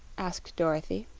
asked dorothy.